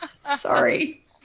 Sorry